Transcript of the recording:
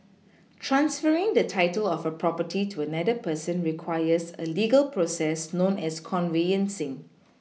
transferring the title of a property to another person requires a legal process known as conveyancing